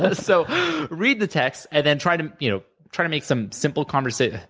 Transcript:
but so read the text, and then, try to you know try to make some simple conversation.